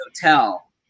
hotel